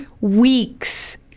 weeks